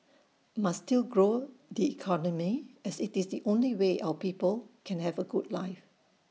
must still grow the economy as IT is the only way our people can have A good life